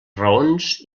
raons